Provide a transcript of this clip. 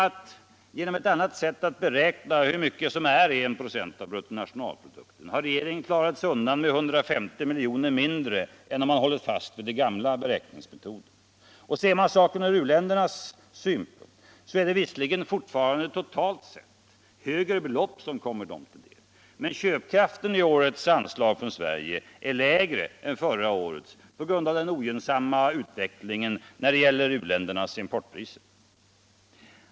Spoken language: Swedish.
Men genom ett annat sätt att beräkna hur mycket som är I Y& av bruttonationalprodukten har regeringen klarat sig undan med 150 miljoner mindre än om man hållit fast vid den gamla beräkningsmetoden. Och ser man saken från u-ländernas synpunkt är det visserligen fortfarande totalt sett högre belopp som kommer dem till del. Men köpkraften i årets anslag från Sverige är lägre än förra årets på grund av den ogynnsamma utvecklingen när det gäller u-ländernas importpriser.